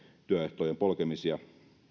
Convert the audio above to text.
työehtojen polkemisia